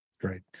Great